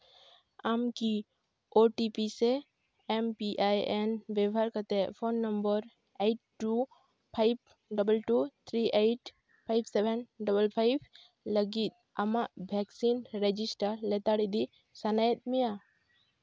ᱟᱢ ᱠᱤ O T P ᱥᱮ ᱮᱢ ᱯᱤ ᱟᱭ ᱮᱱ ᱵᱮᱵᱚᱦᱟᱨ ᱠᱟᱛᱮᱫ phone number eight two five double two three eight five seven double five ᱞᱟᱹᱜᱤᱫ ᱟᱢᱟᱜ ᱵᱷᱮᱠᱥᱤᱱ ᱨᱮᱡᱤᱥᱴᱟᱨ ᱞᱮᱛᱟᱲ ᱤᱫᱤ ᱥᱟᱱᱟᱭᱮᱫ ᱢᱮᱭᱟ